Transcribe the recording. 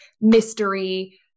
mystery